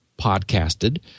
podcasted